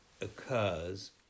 occurs